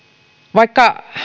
vaikka